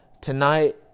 tonight